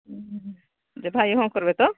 ଯେ ଭାଇ ଏ ହଁ କରିବେ ତ